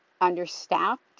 understaffed